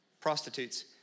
Prostitutes